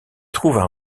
trouvent